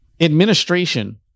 administration